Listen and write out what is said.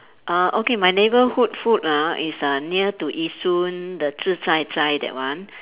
uh okay my neighbourhood food ah is uh near to Yishun the zi char cai that one